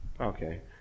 Okay